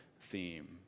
theme